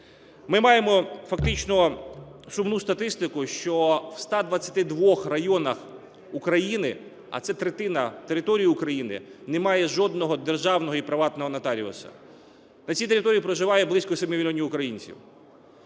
Ми маємо фактично сумну статистику, що у 122-х районах України, а це третина території України, немає жодного державного і приватного нотаріуса. На цій території проживає близько 7 мільйонів українців.